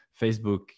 Facebook